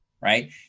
right